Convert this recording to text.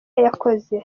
yakoze